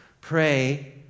Pray